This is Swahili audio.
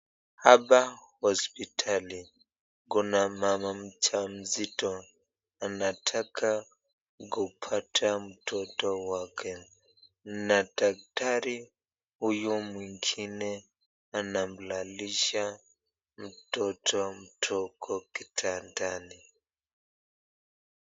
Hapa hosipitali, kuna mama mjamzito anataka kupata mtoto wake na daktari huyu mwingine anamlalisha mtoto mdogo kitandani.